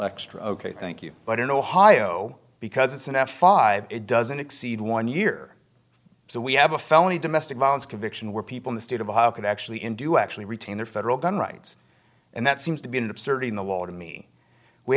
extra ok thank you but in ohio because it's an f five it doesn't exceed one year so we have a felony domestic violence conviction where people in the state of ohio could actually in do actually retain their federal gun rights and that seems to be an absurdity in the law to me we